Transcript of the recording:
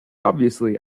obviously